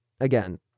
again